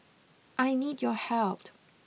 I need your helped